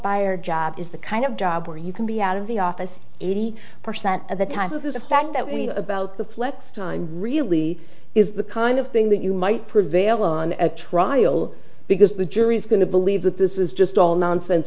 buyer job is the kind of job where you can be out of the office eighty percent of the time of the fact that we know about the flex time really is the kind of thing that you might prevail on a trial because the jury's going to believe that this is just all nonsense